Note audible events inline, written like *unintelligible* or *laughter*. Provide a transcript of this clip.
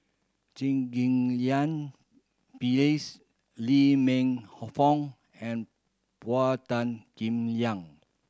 *unintelligible* Ghim Lian Phyllis Lee Man *unintelligible* Fong and Paul Tan Kim Liang